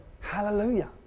hallelujah